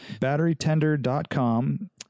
BatteryTender.com